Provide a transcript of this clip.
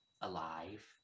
alive